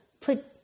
put